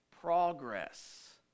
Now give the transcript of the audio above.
progress